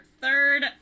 third